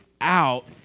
out